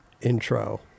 intro